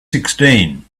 sixteen